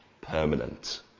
permanent